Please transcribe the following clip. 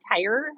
tire